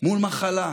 מול מחלה?